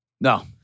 No